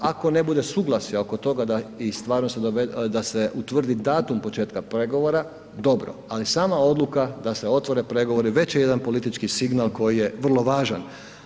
Ako ne bude suglasja oko toga da se utvrdi datum početka pregovora dobro, ali sama odluka da se otvore pregovori već je jedan politički signal koji je vrlo važan.